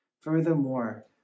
Furthermore